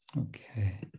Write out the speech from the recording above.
Okay